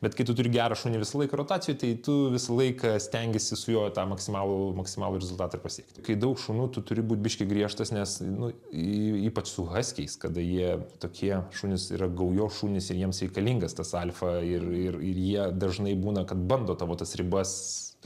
bet kai tu turi gerą šunį visą laiką rotacijoj tai tu visą laiką stengiesi su juo tą maksimalų maksimalų rezultatą ir pasiekti kai daug šunų tu turi būt biški griežtas nes nu ypač su haskiais kada jie tokie šunys yra gaujos šunys ir jiems reikalingas tas alfa ir ir ir jie dažnai būna kad bando tavo tas ribas